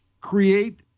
Create